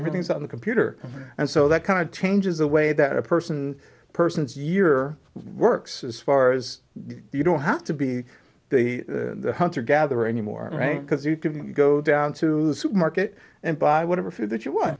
everything is on the computer and so that kind of changes the way that a person person's year works as far as you don't have to be the hunter gatherer anymore because you can go down to the supermarket and buy whatever food that you